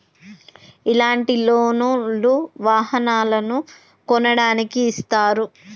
ఇలాంటి లోన్ లు వాహనాలను కొనడానికి ఇస్తారు